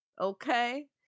Okay